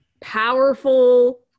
powerful